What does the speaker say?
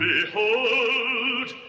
Behold